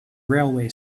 railway